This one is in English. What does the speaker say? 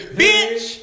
bitch